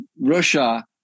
Russia